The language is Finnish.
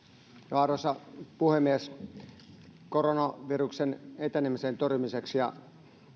arvoisa puhemies koronaviruksen etenemisen torjumiseksi ja